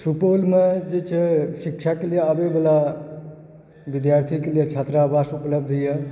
सुपौलमे जे छै से शिक्षाके लिए आबए वला विद्यार्थीके लिअऽ छात्रावास उपलब्ध यऽ